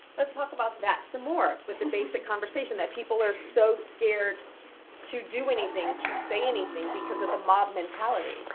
let's talk about that some more, with the basic conversation, that people are so scared to do anything, to say anything, because of the mob mentality.